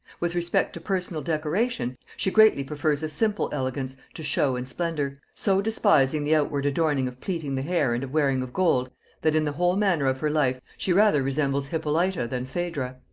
with respect to personal decoration, she greatly prefers a simple elegance to show and splendor, so despising the outward adorning of plaiting the hair and of wearing of gold that in the whole manner of her life she rather resembles hippolyta than phaedra.